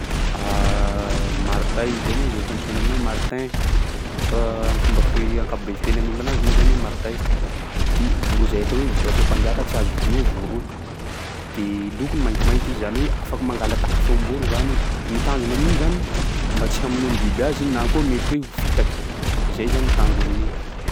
Martay izay moa zay fiantsoana aminay "martin" fa ny fomba fi- ankapobe ny fitenin'olo anazy moa zany martay, de voro zay atao hoe voro atao mpanjaka tsy azo vono voro io. De lokony maintimainty izy, zany hoe afaky mangala tahaky feom-boro zany izy, ny tanjony amin'igny zany mba tsy hamoan'ny biby azy na koa mety hoe fitaky, izay zany ny tanjony amin'igny.